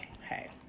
hey